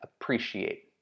appreciate